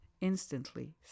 instantly